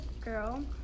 girl